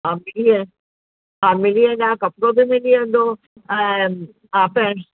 हा मिलीअ हा मिली वेंदा कपिड़ो बि मिली वेंदो ऐं हा पैंट